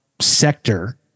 sector